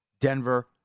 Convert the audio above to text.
Denver